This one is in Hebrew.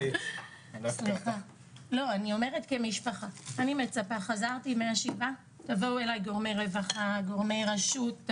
אני מצפה שאם חזרתי מהשבעה יבואו אלי גורמי הרווחה מהרשות,